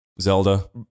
Zelda